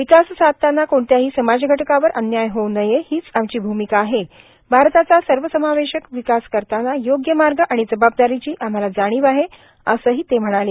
विकास साधताना कोणत्याही समाजघटकावर अन्याय होऊ नये हीच आमची भूमिका आहे भारताचा सर्वसमावेशक विकास करताना योग्य मार्ग आणि जबाबदारीची आम्हाला जाणीव आहे असंही ते म्हणाले